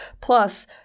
Plus